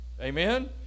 Amen